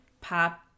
pop